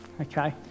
okay